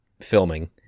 filming